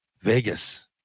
Vegas